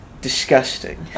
disgusting